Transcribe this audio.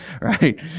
right